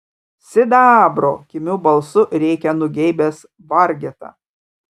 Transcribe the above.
sidabro kimiu balsu rėkia nugeibęs vargeta